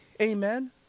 amen